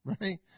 right